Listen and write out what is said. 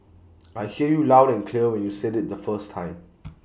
I hear you loud and clear when you said IT the first time